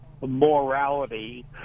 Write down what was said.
morality